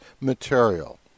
material